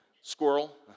squirrel